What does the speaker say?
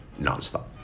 nonstop